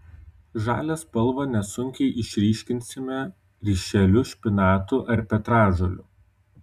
žalią spalvą nesunkiai išryškinsime ryšeliu špinatų ar petražolių